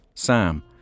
Sam